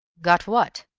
got what?